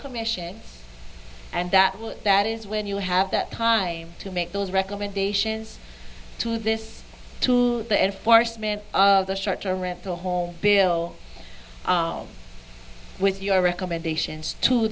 commission and that will that is when you have that time to make those recommendations to this to the enforcement of the short term rental home bill with your recommendations to